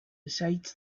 besides